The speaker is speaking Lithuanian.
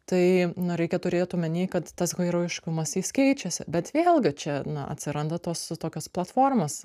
tai na reikia turėt omeny kad tas herojiškumas jis keičiasi bet vėlgi čia na atsiranda tos tokios platformos